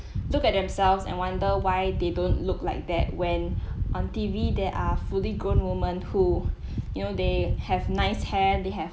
look at themselves and wonder why they don't look like that when on T_V there are fully grown women who you know they have nice hair they have